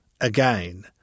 again